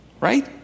Right